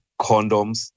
condoms